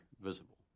visible